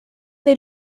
they